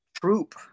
troop